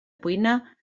cuina